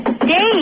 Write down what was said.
Dave